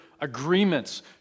agreements